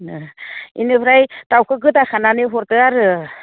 एनिफ्राय दाउखौ गोदा खानानै हरदो